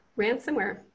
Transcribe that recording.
ransomware